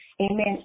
Amen